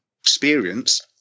experience